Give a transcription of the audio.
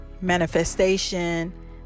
manifestation